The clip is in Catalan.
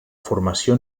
formació